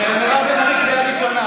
מירב בן ארי, קריאה ראשונה.